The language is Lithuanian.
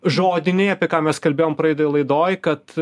žodiniai apie ką mes kalbėjom praeitoj laidoj kad